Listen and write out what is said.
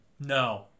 No